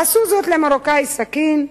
עשו זאת למרוקאי, סכין,